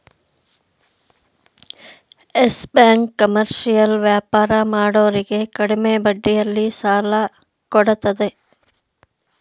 Yes bank commercial ವ್ಯಾಪಾರ ಮಾಡೋರಿಗೆ ಕಡಿಮೆ ಬಡ್ಡಿಯಲ್ಲಿ ಸಾಲ ಕೊಡತ್ತದೆ